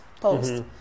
post